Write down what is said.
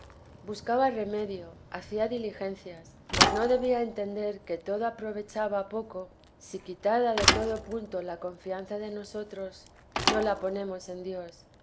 buscaba remedio hacía diligencias mas no debía entender que todo aprovecha poco si quitada de todo punto la confianza de nosotros no la ponemos en dios